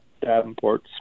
davenport